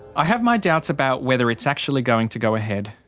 i have my doubts about whether it's actually going to go ahead.